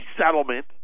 settlement